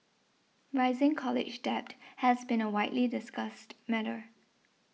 rising college debt has been a widely discussed matter